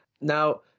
Now